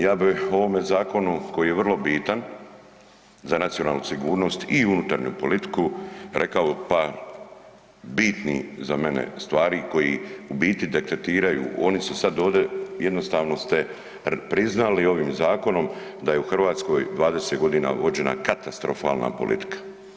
Ja bi u ovome zakonu koji je vrlo bitan za nacionalnu sigurnost i unutarnju politiku rekao par bitnih, za mene, stvari koji u biti detektiraju, oni su sad ovdje, jednostavno ste priznali ovim zakonom da je u Hrvatskoj 20.g. vođena katastrofalna politika.